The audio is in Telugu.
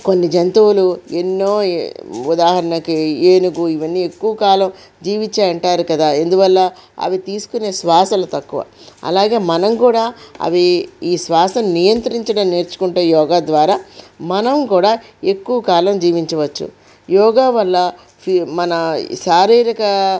కొన్ని జంతువులు ఎన్నో ఉదాహరణకి ఏనుగు ఇవన్నీ ఎక్కువ కాలం జీవించాయి అంటారు కదా ఎందువల్ల అవి తీసుకునే శ్వాసలు తక్కువ అలాగే మనం కూడా అవీ ఈ శ్వాసను నియంత్రించడం నేర్చుకుంటే యోగా ద్వారా మనం కూడా ఎక్కువ కాలం జీవించవచ్చు యోగా వల్ల మన శారీరక